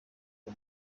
uwo